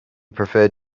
preferred